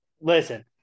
listen